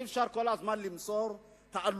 אי-אפשר כל הזמן לעשות תעלולים.